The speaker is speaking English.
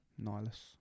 Nihilus